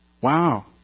Wow